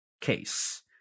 case